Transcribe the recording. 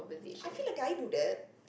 I feel like I do that